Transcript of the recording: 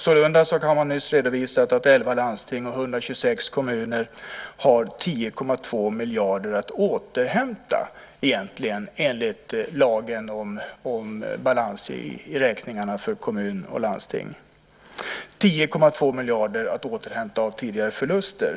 Således har man nyligen redovisat att elva landsting och 126 kommuner egentligen har 10,2 miljarder att återhämta enligt lagen om balans i räkenskaperna för kommuner och landsting - alltså 10,2 miljarder att återhämta av tidigare förluster.